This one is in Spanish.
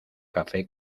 café